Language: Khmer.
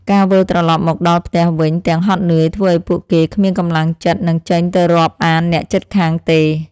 ការវិលត្រលប់មកដល់ផ្ទះវិញទាំងហត់នឿយធ្វើឱ្យពួកគេគ្មានកម្លាំងចិត្តនឹងចេញទៅរាប់អានអ្នកជិតខាងទេ។